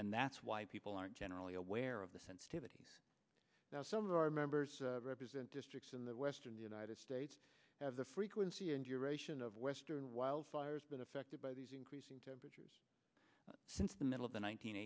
and that's why people are generally aware of the sensitivity that some of our members represent districts in the western united states as the frequency and your ration of western wildfires been affected by these increasing temperatures since the middle of the